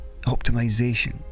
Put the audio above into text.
optimization